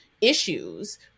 issues